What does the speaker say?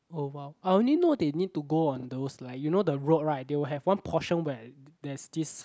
oh !wah! I only know they need to go on those like you know the road right they will have one portion where there's this